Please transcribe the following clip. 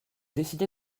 décidé